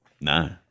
No